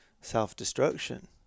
self-destruction